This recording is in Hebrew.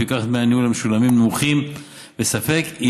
ולפיכך דמי הניהול המשולמים הם נמוכים וספק אם